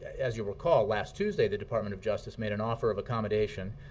as you'll recall, last tuesday the department of justice made an offer of accommodation.